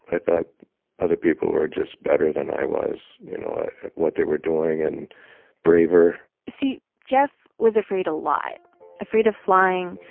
i thought other people were just better than i was, you know, at what they were doing and braver see, jeff was afraid a lot afraid of flying,